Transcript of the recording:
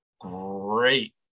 great